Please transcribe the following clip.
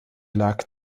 lag